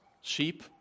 sheep